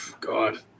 God